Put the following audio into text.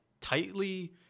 tightly